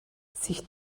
sich